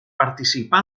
participà